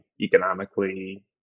economically